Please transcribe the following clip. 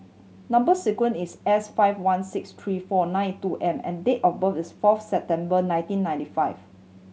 number sequence is S five one six three four nine two M and date of birth is fourth September nineteen ninety five